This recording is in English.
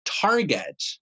target